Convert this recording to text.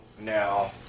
now